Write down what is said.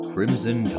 Crimson